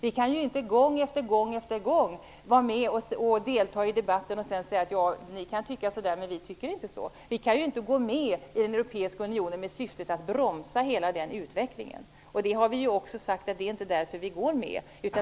Vi kan inte gång efter gång delta i debatten och sedan säga: Ni kan tycka så men så tycker inte vi. Vi kan ju inte gå med i den europeiska unionen med syftet att bromsa hela utvecklingen. Vi har ju också uttalat att det inte är därför vi går med.